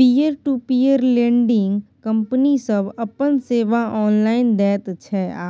peer to peer lending company सब अपन सेवा ऑनलाइन दैत छै आ